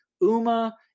Uma